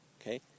Okay